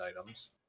items